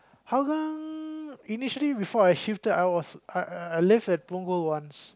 Hougang initially before I shifted I was I lived at Punggol once